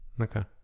Okay